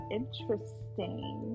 interesting